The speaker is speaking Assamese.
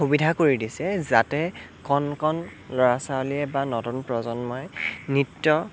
সুবিধা কৰি দিছে যাতে কণ কণ ল'ৰা ছোৱালীয়ে বা নতুন প্ৰজন্মই নৃত্য